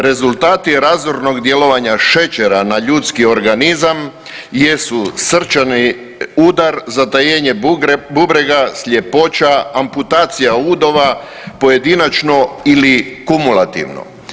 Rezultati razornog djelovanja šećera na ljudski organizam jesu srčani udar, zatajenje bubrega, sljepoća, amputacija udova pojedinačno ili kumulativno.